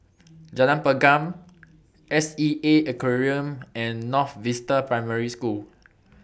Jalan Pergam S E A Aquarium and North Vista Primary School